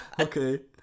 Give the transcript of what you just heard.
Okay